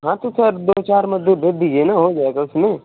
हाँ तो सर दो चार मजदूर भेज दीजिए न हो जाएगा उसमें